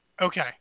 Okay